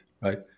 right